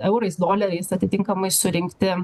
eurais doleriais atitinkamai surinkti